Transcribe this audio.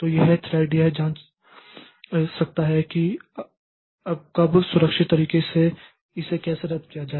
तो वह थ्रेड यह जांच सकता है कि कब सुरक्षित तरीके से इसे कैसे रद्द किया जाए